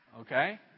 okay